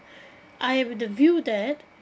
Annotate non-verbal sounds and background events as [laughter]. [breath] I have the view that